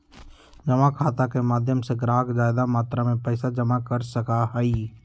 जमा खाता के माध्यम से ग्राहक ज्यादा मात्रा में पैसा जमा कर सका हई